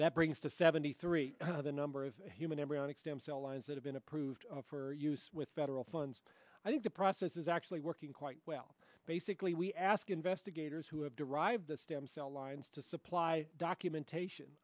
that brings to seventy three the number of human embryonic stem cell lines that have been approved for use with federal funds i think the process is actually working quite well basically we ask investigators who have derived the stem cell lines to supply documentation